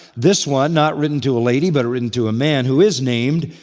this one not written to a lady but written to a man who is named,